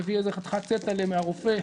מביא חתיכת פתק מהרופא,